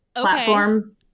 platform